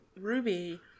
Ruby